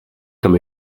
comme